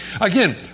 Again